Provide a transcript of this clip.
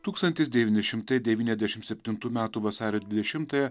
tūkstantis devyni šimtai devyniasdešim septintų metų vasario dvidešimtąją